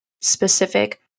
specific